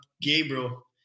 gabriel